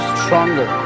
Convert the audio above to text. stronger